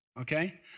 okay